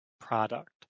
product